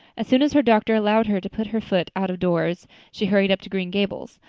as soon as her doctor allowed her to put her foot out-of-doors she hurried up to green gables,